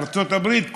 ארצות הברית,